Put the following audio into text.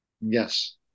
Yes